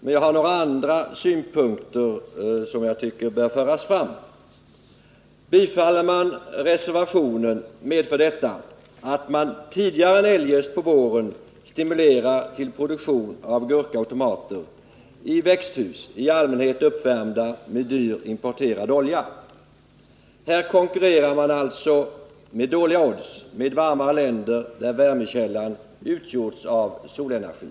Men det är några andra synpunkter som jag tycker bör föras fram. Bifaller man reservationen, medför detta att man tidigare än eljest på våren stimulerar till produktion av gurka och tomater i växthus, i allmänhet uppvärmda med dyr importerad olja. Här konkurrerar man alltså, trots dåliga odds, med varma länder där värmekällan utgjorts av solenergi.